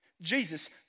Jesus